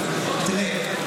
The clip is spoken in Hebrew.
תראה,